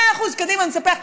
מאה אחוז, קדימה, נספח.